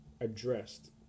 addressed